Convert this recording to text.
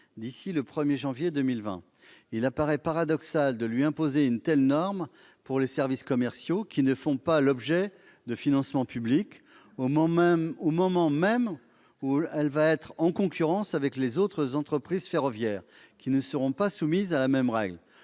d'ici au 1 janvier 2020. Il apparaît paradoxal de lui imposer une telle norme pour les services commerciaux qui ne font pas l'objet de financements publics, au moment même où elle va se trouver en concurrence avec les autres entreprises ferroviaires, qui ne seront pas soumises à la même règle.